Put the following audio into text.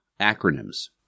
Acronyms